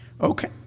okay